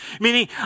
Meaning